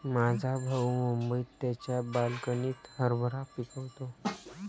माझा भाऊ मुंबईत त्याच्या बाल्कनीत हरभरा पिकवतो